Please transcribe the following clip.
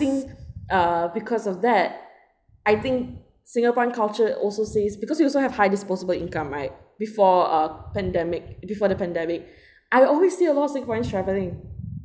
think uh because of that I think singaporean culture also says because we also have high disposable income right before uh pandemic before the pandemic I always see a lot of singaporeans travelling